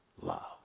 love